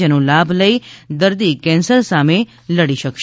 જેનો લાભ લઇ દર્દી કેન્સર સામે લડી શકશે